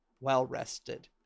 well-rested